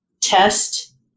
test